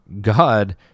God